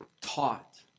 taught